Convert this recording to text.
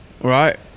Right